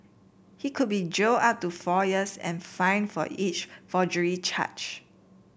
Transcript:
he could be jailed up to four years and fined for each forgery charge